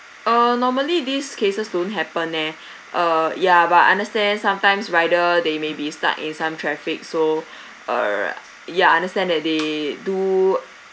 uh normally these cases don't happen eh uh ya but I understand sometimes rider they may be stuck in some traffic so err ya understand that they do